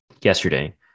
yesterday